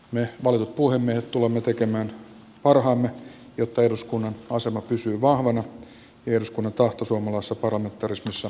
me valitut puhemiehet tulemme tekemään parhaamme jotta eduskunnan asema pysyy vahvana ja eduskunnan tahto suomalaisessa parlamentarismissa toteutuu